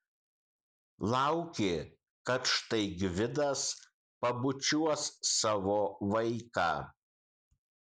laukė kad štai gvidas pabučiuos savo vaiką